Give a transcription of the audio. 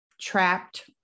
trapped